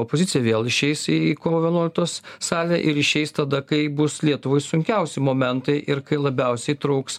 opozicija vėl išeis į kovo vienuoliktos salę ir išeis tada kai bus lietuvai sunkiausi momentai ir kai labiausiai trūks